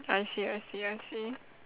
I see I see I see